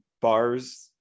bars